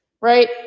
right